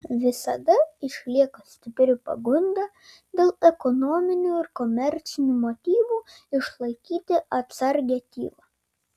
visada išlieka stipri pagunda dėl ekonominių ir komercinių motyvų išlaikyti atsargią tylą